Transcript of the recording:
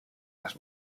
las